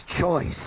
choice